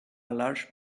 large